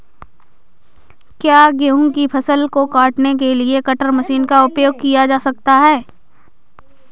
क्या गेहूँ की फसल को काटने के लिए कटर मशीन का उपयोग किया जा सकता है?